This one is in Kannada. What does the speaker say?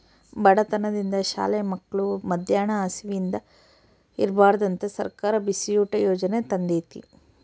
ಬಡತನದಿಂದ ಶಾಲೆ ಮಕ್ಳು ಮದ್ಯಾನ ಹಸಿವಿಂದ ಇರ್ಬಾರ್ದಂತ ಸರ್ಕಾರ ಬಿಸಿಯೂಟ ಯಾಜನೆ ತಂದೇತಿ